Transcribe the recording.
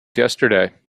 yesterday